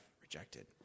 rejected